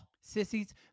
Sissies